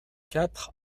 quatre